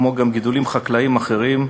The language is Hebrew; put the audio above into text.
כמו גם גידולים חקלאיים אחרים,